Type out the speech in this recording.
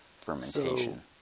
fermentation